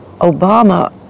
Obama